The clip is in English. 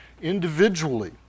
individually